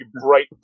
bright